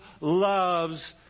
loves